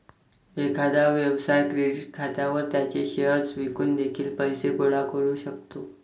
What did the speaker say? एखादा व्यवसाय क्रेडिट खात्यावर त्याचे शेअर्स विकून देखील पैसे गोळा करू शकतो